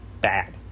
bad